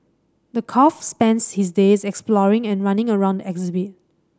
the calf spends his days exploring and running around exhibit